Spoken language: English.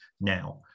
now